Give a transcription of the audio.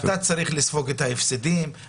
אתה צריך לספוג את ההפסדים.